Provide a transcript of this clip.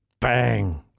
Bang